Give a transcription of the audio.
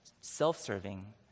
self-serving